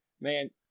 Man